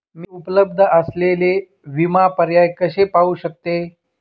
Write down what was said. मी उपलब्ध असलेले विमा पर्याय कसे पाहू शकते?